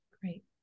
Great